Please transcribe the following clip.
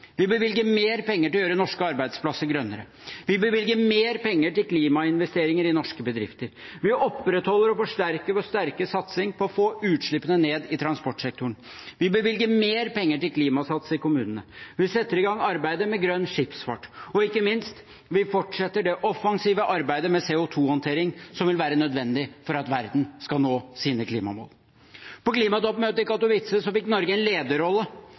Vi bevilger mer penger til å gjøre norske arbeidsplasser grønnere. Vi bevilger mer penger til klimainvesteringer i norske bedrifter. Vi opprettholder og forsterker vår sterke satsing på å få utslippene ned i transportsektoren. Vi bevilger mer penger til Klimasats i kommunene. Vi setter i gang arbeidet med grønn skipsfart. Og ikke minst: Vi fortsetter det offensive arbeidet med CO2-håndtering, som vil være nødvendig for at verden skal nå sine klimamål. På klimatoppmøtet i Katowice fikk Norge en lederrolle,